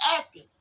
asking